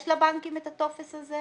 יש לבנקים את הטופס הזה?